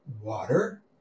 water